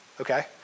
Okay